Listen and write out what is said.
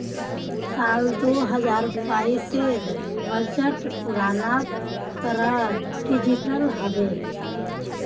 साल दो हजार बाइसेर बजट पूरा तरह डिजिटल हबे